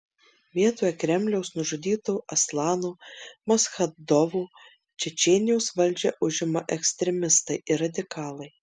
vietoje kremliaus nužudyto aslano maschadovo čečėnijos valdžią užima ekstremistai ir radikalai